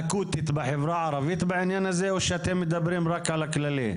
אקוטית בחברה הערבית בעניין הזה או שאתם מדברים על הכללי?